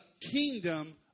kingdom